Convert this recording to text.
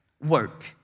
work